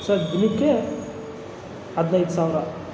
sir ದಿನಕ್ಕೆ ಹದಿನೈದು ಸಾವಿರ